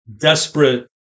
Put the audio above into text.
desperate